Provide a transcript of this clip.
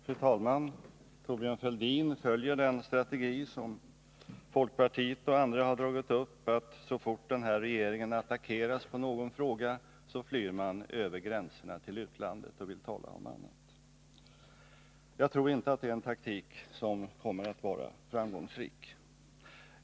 Fru talman! Thorbjörn Fälldin följer den strategi som folkpartiet och andra partier dragit upp— så snart den här regeringen attackeras i någon fråga flyr man över gränserna till utlandet och vill tala om något annat. Jag tror inte att det är en taktik som kommer att vara framgångsrik.